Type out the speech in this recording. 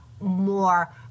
more